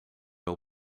wil